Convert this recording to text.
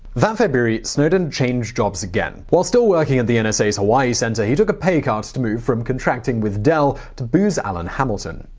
that february, snowden changed jobs again. while still working at the and nsa's hawaii center, he took a pay cut to move from contracting with dell to booz allen hamilton.